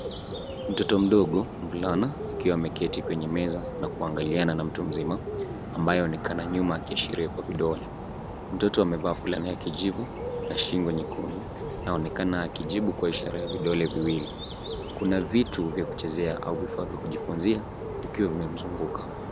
Mtoto mdogo; mvulana akiwa ameketi kwenye meza, na kuangaliana na mtu mzima ambaye aonekana nyuma akiashiria kwa vidole. Mtoto amevaa fulana ya kijivu na shingo nyekundu anaonekana akijibu kwa ishara ya vidole viwili. Kuna vitu vya kuchezea au vifaa vya kujifunzia vikiwa vimemzunguka.